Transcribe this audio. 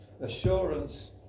assurance